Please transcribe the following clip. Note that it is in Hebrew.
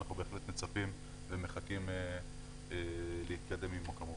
ואנחנו בהחלט מצפים ומחכים להתקדם עימו כמובן.